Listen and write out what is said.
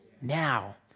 now